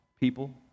people